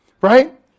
Right